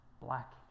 black